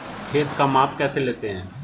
खेत का माप कैसे लेते हैं?